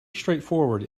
straightforward